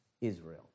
Israel